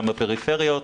גם בפריפריות,